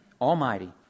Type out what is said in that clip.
almighty